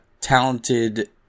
talented